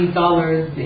dollars